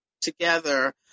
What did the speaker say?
together